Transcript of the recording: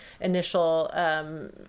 initial